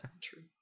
true